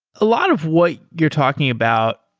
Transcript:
a lot of what you're talking about,